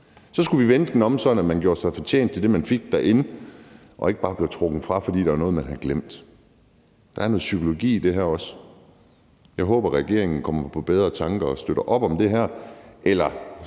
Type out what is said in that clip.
Så skulle vi vende den om, sådan at man gjorde sig fortjent til det, man fik derinde, og der ikke bare blev trukket fra, fordi der var noget, man havde glemt. Der er også noget psykologi i det her. Jeg håber, at regeringen kommer på bedre tanker og støtter op om det her – eller,